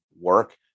work